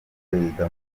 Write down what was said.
prezida